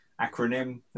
acronym